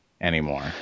anymore